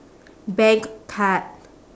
bank card